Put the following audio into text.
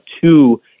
two